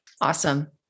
Awesome